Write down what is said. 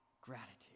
gratitude